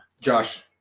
Josh